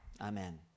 Amen